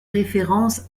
référence